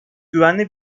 güvenli